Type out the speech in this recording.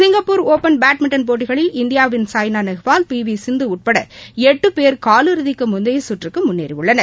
Singapore open badminton போட்டிகளில் இந்தியாவின் Saina Nehwal P V Sindhu உட்பட எட்டு பேர் கால் இறுதிக்கு முந்தையச் சுற்றுக்கு முன்னேறியுள்ளனர்